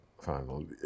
final